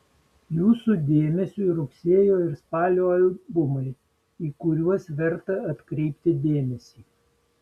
jūsų dėmesiui rugsėjo ir spalio albumai į kuriuos verta atkreipti dėmesį